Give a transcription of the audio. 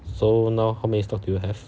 so now how many stocks do you have